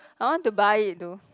I want to buy it though